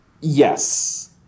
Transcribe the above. Yes